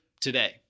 today